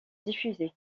diffusés